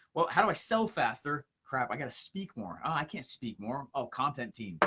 well, how do i sell faster, crap, i gotta speak more. oh, i can't speak more, oh content team.